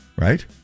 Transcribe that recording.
Right